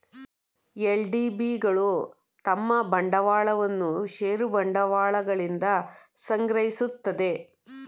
LDB ಗಳು ತಮ್ಮ ಬಂಡವಾಳವನ್ನು ಷೇರು ಬಂಡವಾಳಗಳಿಂದ ಸಂಗ್ರಹಿಸುತ್ತದೆ